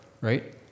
right